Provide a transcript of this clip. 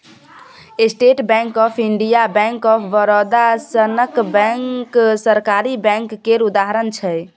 state bank of India, bank of Baroda सनक bank सरकारी bank केर उदाहरण छै